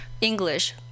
English